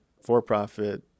for-profit